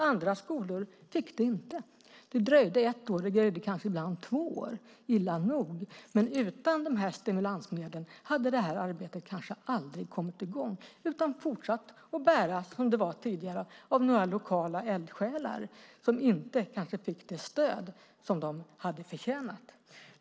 Andra skolor fick det inte. Det dröjde ett och ibland två år, och det är illa nog, men utan de här stimulansmedlen hade detta arbete kanske aldrig kommit i gång utan fortsatt att bäras, som det var tidigare, av några lokala eldsjälar som kanske inte fick det stöd som de hade förtjänat.